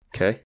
Okay